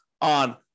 on